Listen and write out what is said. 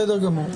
בסדר גמור.